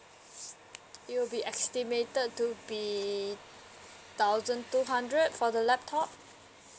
it'll be estimated to be thousand two hundred for the laptop